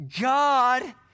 God